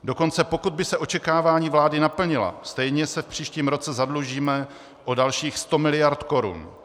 Dokonce pokud by se očekávání vlády naplnila, stejně se v příštím roce zadlužíme o dalších 100 miliard korun.